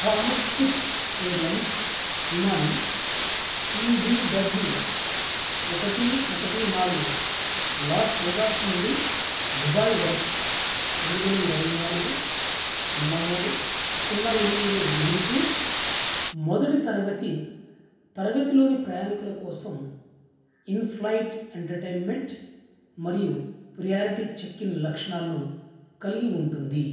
Thomas Cook Airlines విమానం ఈ D W ఒకటి ఒకటి నాలుగు లాస్ వేగాస్ నుండి దుబాయ్ వరకు రెండు వేల ఇరవై నాలుగు సున్నా మూడు సున్నా ఎనిమిదిలో ఎగురుతూ మొదటి తరగతి తరగతిలోని ప్రయాణీకుల కోసం ఇన్ ఫ్లయిట్ ఎంటర్టైన్మెంట్ మరియు ప్రయారిటీ చెక్ ఇన్ లక్షణాలను కలిగి ఉంటుంది